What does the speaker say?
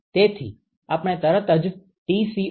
તેથી આપણે તરત જ Tco શું છે તે શોધી શકીએ છીએ